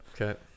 Okay